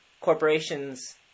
corporations